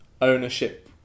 ownership